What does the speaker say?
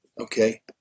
okay